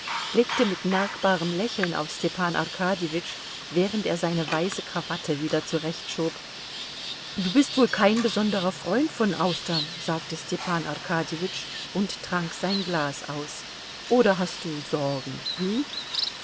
blickte mit merkbarem lächeln auf stepan arkadjewitsch während er seine weiße krawatte wieder zurechtschob du bist wohl kein besonderer freund von austern sagte stepan arkadjewitsch und trank sein glas aus oder hast du sorgen wie